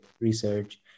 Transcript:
research